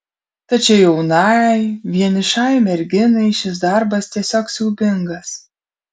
tačiau jaunai vienišai merginai šis darbas tiesiog siaubingas